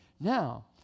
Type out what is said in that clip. Now